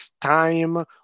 time